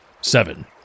Seven